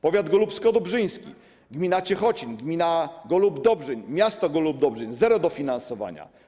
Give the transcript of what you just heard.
Powiat golubsko-dobrzyński: gmina Ciechocin, gmina Golub-Dobrzyń, miasto Golub-Dobrzyń - zero dofinansowania.